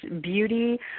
beauty